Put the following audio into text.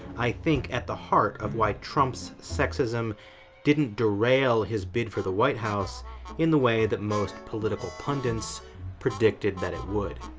i think, at the heart of why trump's sexism didn't derail his bid for the white house in the way that most political pundits predicted that it would.